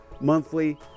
monthly